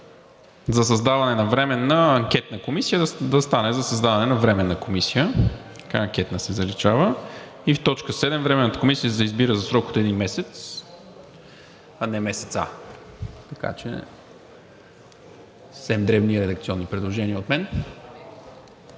„за създаване на временна анкетна комисия“ да стане „за създаване на Временна комисия“, така „анкетна“ се заличава. И в т. 7: „Временната комисия се избира за срок от един месец“, а не „месеца“. Така че съвсем дребни редакционни предложения от мен.